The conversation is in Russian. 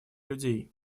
людей